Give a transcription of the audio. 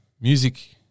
Music –